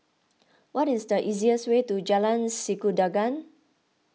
what is the easiest way to Jalan Sikudangan